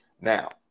Now